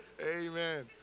Amen